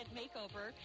makeover